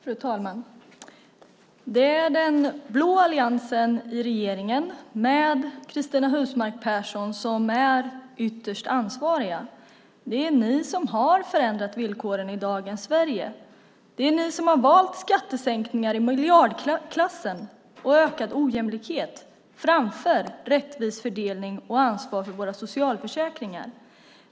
Fru talman! Det är den blå alliansen och regeringen med Cristina Husmark Pehrsson som är ytterst ansvariga. Det är ni som har förändrat villkoren i dagens Sverige. Det är ni som har valt skattesänkningar i miljardklassen och ökad ojämlikhet framför rättvis fördelning och ansvar för våra socialförsäkringar.